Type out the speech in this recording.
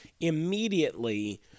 immediately